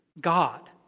God